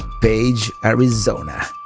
page, arizona.